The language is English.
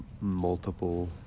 multiple